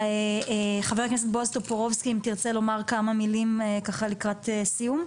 ח"כ בועז טופורבסקי תרצה לומר כמה מילים לקראת סיום?